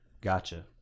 Gotcha